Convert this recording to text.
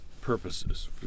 purposes